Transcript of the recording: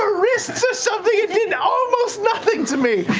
ah wrists or something. it did almost nothing to me.